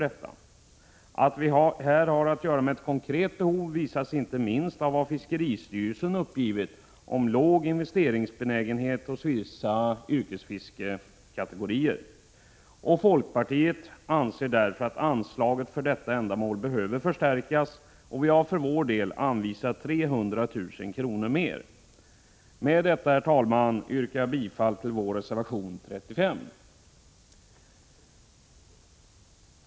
Att vi här har att göra med ett konkret behov visas inte minst av vad fiskeristyrelsen uppgivit om låg investeringsbenägenhet hos vissa yrkesfiskekategorier. Folkpartiet anser därför att anslaget för detta ändamål behöver förstärkas, och vi har för vår del anvisat 300 000 kr. mer än vad som föreslås i propositionen. Med detta, herr talman, yrkar jag bifall till vår reservation 35.